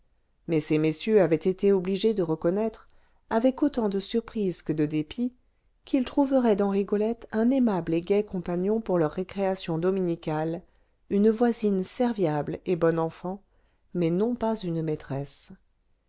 mais ces messieurs avaient été obligés de reconnaître avec autant de surprise que de dépit qu'ils trouveraient dans rigolette un aimable et gai compagnon pour leurs récréations dominicales une voisine serviable et bonne enfant mais non pas une maîtresse